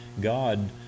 God